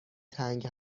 تنگ